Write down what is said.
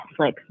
Netflix